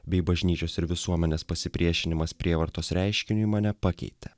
bei bažnyčios ir visuomenės pasipriešinimas prievartos reiškiniui mane pakeitė